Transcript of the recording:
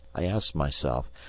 i ask myself,